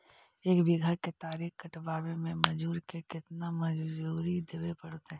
एक बिघा केतारी कटबाबे में मजुर के केतना मजुरि देबे पड़तै?